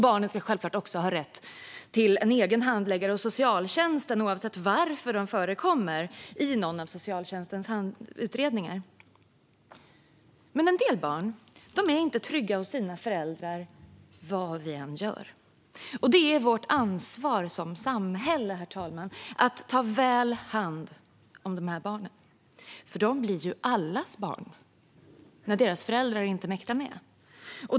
Barnet ska självklart också ha rätt till en egen handläggare hos socialtjänsten, oavsett varför de förekommer i någon av socialtjänstens utredningar. En del barn är inte trygga hos sina föräldrar, vad vi än gör. Det är vårt ansvar som samhälle att ta väl hand om de barnen, för de blir allas barn när deras föräldrar inte mäktar med.